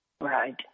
Right